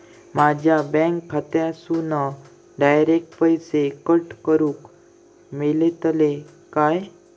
माझ्या बँक खात्यासून डायरेक्ट पैसे कट करूक मेलतले काय?